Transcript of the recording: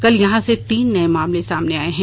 कल यहां से तीन नए मामले सामने आए हैं